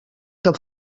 que